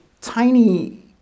tiny